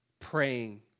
praying